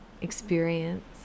experience